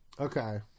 Okay